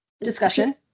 discussion